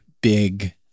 big